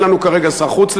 אין לנו כרגע שר חוץ,